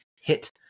hit